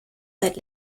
seit